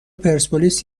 پرسپولیس